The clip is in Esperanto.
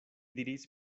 diris